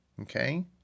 Okay